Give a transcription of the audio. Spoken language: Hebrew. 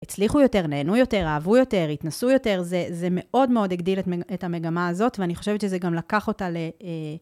הצליחו יותר, נהנו יותר, אהבו יותר, התנסו יותר, זה... זה מאוד מאוד הגדיל את המגמה הזאת ואני חושבת שזה גם לקח אותה ל...